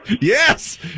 Yes